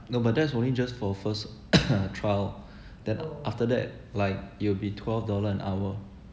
no but that's only for first trial then after that like it'll be twelve dollar an hour